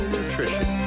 Nutrition